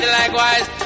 likewise